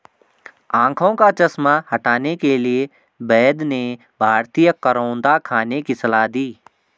आंखों का चश्मा हटाने के लिए वैद्य ने भारतीय करौंदा खाने की सलाह दी